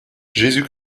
jésus